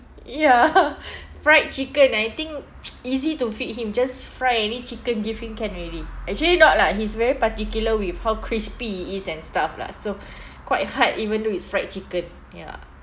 yeah fried chicken I think easy to feed him just fry any chicken give him can already actually not lah he's very particular with how crispy it is and stuff lah so quite hard even though it's fried chicken ya